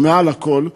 ומעל לכול,